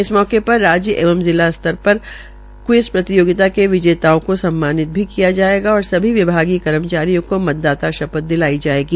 इस अवसर पर राज्य एवं जिला स्तर पर क्विज प्रतियोगिता के विजेताओं को सम्मानित भी किया जायेगा और सभी विभागीय कर्मचारियों का मतदाता शपथ दिलाई जायेगी